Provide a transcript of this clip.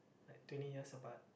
like twenty years apart